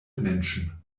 menschen